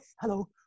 hello